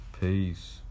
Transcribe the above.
peace